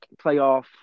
playoff